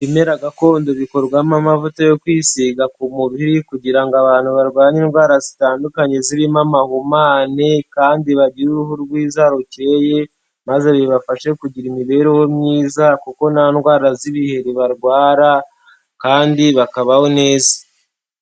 Ibimera gakondo bikorwamo amavuta yo kwisiga ku mubiri, kugira ngo abantu barwanye indwara zitandukanye zirimo amahumane, kandi bagire uruhu rwiza rukeye, maze bibafashe kugira imibereho myiza, kuko nta ndwara z'ibiheri barwara, kandi bakabaho neza.